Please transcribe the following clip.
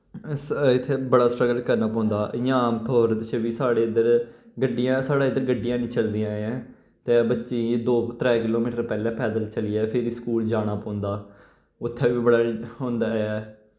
स इत्थे बड़ा स्ट्रगल करना पौंदा इ'यां आम तौर च वी साढ़े इध्दर गड्डियां साढ़ै इद्दर गड्डियां हैनी चलदियां ऐं तै बच्चें गी दो त्रै किलोमीटर पैह्लै पैद्दल चलियै फिरी स्कूल जाना पौंदा उत्थै वी बड़ा होंदा ऐ